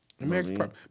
American